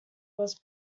was